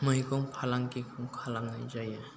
मैगं फालांगिखौ खालामनाय जायो